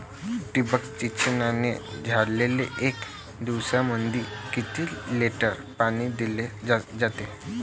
ठिबक सिंचनानं झाडाले एक दिवसामंदी किती लिटर पाणी दिलं जातं?